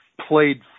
played